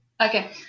Okay